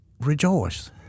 Rejoice